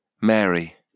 Mary